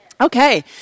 Okay